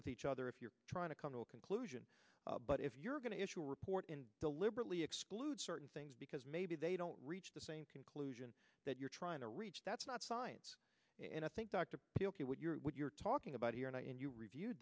with each other if you're trying to come to a conclusion but if you're going to issue a report and deliberately exclude certain things because maybe they don't reach the same conclusion that you're trying to reach that's not science and i think dr b ok what you're what you're talking about here and i and you review